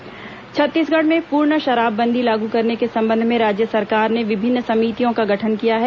शराबबंदी समिति छत्तीसगढ़ में पूर्ण शराबबन्दी लागू करने के संबंध में राज्य सरकार ने विभिन्न समितियों का गठन किया है